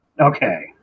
Okay